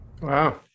Wow